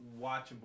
watchable